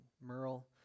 Merle